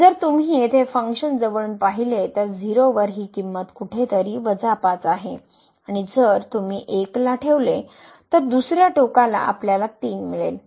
जर तुम्ही येथे हे फंक्शन जवळून पाहिले तर 0 वर ही किंमत कुठेतरी 5 आहे आणि जर तुम्ही 1 ला ठेवले तर दुसर्या टोकाला आपल्याला 3 मिळेल